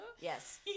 Yes